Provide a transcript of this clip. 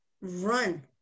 Run